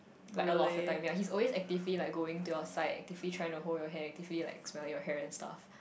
like a lot of the time ya he's always actively like going to your side actively trying to hold your hand actively like smelling your hair and stuff